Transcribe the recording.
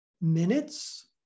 minutes